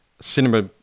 cinema